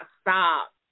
stop